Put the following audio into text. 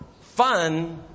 fun